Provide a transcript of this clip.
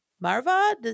Marva